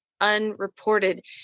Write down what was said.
unreported